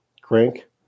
crank